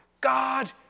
God